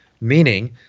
meaning